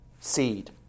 Seed